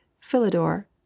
Philidor